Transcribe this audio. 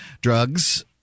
drugs